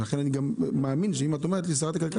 ולכן אני גם מאמין שאם את אומרת שזאת עמדתה של שרת הכלכלה,